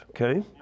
okay